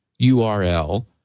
URL